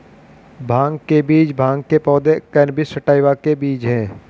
भांग के बीज भांग के पौधे, कैनबिस सैटिवा के बीज हैं